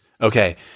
Okay